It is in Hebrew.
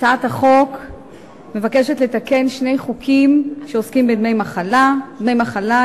הצעת החוק מבקשת לתקן שני חוקים שעוסקים בדמי מחלה: דמי מחלה,